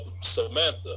Samantha